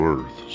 Earth